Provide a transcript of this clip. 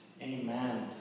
Amen